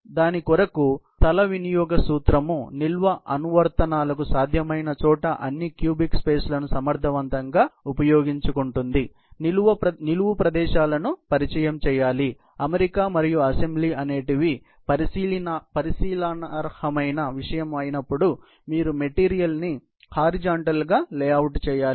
కాబట్టి స్థల వినియోగ సూత్రం నిల్వ అనువర్తనాలకు సాధ్యమైన చోట అన్ని క్యూబిక్ స్పేస్ లను సమర్థవంతంగా ఉపయోగించుకుంటుంది నిలువు ప్రదేశాలను పరిచయం చేయాలి అమరిక మరియు అసెంబ్లీ అనేవి పరిశీలనార్హమైన విషయం అయినపుడు మీరు మెటీరియల్ ని హారిజాన్తాల్ గా లేఅవుట్ చేయాలి